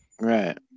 Right